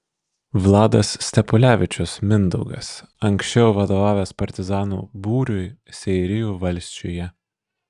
vladas stepulevičius mindaugas anksčiau vadovavęs partizanų būriui seirijų valsčiuje